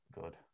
good